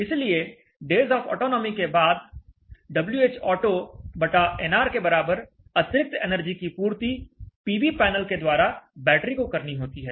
इसलिए days of autonomy के बाद Whauto बटा nr के बराबर अतिरिक्त एनर्जी की पूर्ति पीवी पैनल के द्वारा बैटरी को करनी होती है